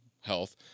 health